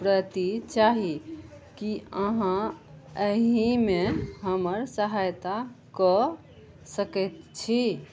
प्रति चाही की अहाँ एहिमे हमर सहायता कऽ सकैत छी